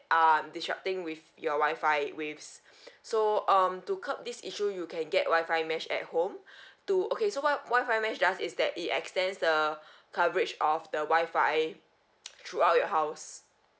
um disrupting with your Wi-Fi waves so um to curb this issue you can get Wi-Fi mesh at home to okay so what Wi-Fi mesh does is that it extends the coverage of the Wi-Fi throughout your house